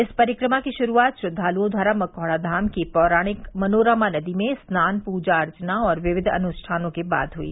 इस परिक्रमा की शुरूआत श्रद्वालुओं द्वारा मखौड़ा धाम की पौराणिक मनोरमा नदी मे स्नान पूजा अर्चना और विविध अनुष्ठानों के बाद हुई